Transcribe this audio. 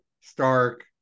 Stark